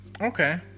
Okay